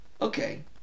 okay